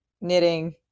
knitting